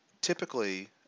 typically